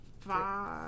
five